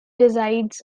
resides